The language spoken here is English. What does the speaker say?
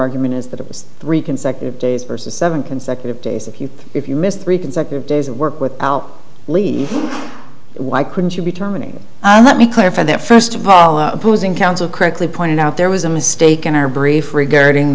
argument is that it was three consecutive days versus seven consecutive days if you if you miss three consecutive days of work without leave why couldn't you be terminated let me clarify that first of all opposing counsel correctly pointed out there was a mistake in our brief regarding